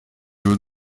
haut